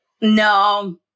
No